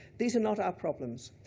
these are not our problems,